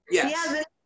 Yes